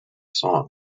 song